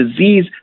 disease